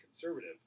conservative